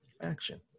Action